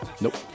Nope